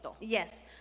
Yes